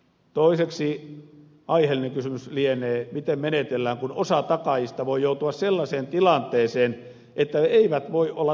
toiseksi aiheellinen kysymys lienee miten menetellään kun osa takaajista voi joutua sellaiseen tilanteeseen että eivät voi olla takaajina